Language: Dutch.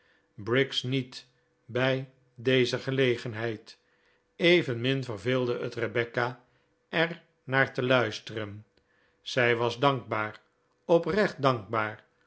briggs niet bij deze gelegenheid evenmin verveelde het rebecca er naar te luisteren zij was dankbaar oprecht dankbaar